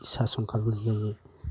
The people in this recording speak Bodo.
सासन खालामनाय जायो